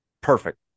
Perfect